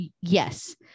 Yes